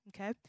okay